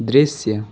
दृश्य